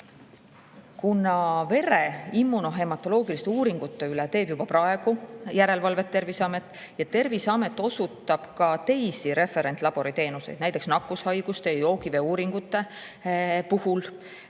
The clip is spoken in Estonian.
Kuna vere immunohematoloogiliste uuringute üle teeb juba praegu järelevalvet Terviseamet ja Terviseamet osutab ka teisi referentlabori teenuseid, näiteks nakkushaiguste ja joogivee uuringute puhul,